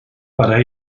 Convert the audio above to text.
para